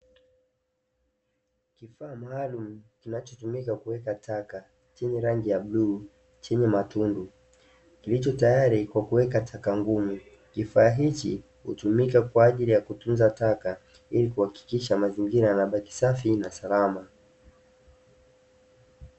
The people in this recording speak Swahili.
Kifaa maalumu kinachotumika kuweka taka, chenye rangi ya bluu chenye matundu, kilichotayari kwa kuweka taka ngumu. Kifaa hichi hutumika kwa ajili ya kutunza taka, ili kuhakikisha mazingira yanabaki safi na salama.